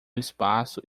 espaço